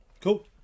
cool